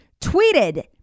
tweeted